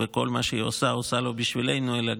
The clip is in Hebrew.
וכל מה שהיא עושה היא עושה לא בשבילנו אלא